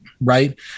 right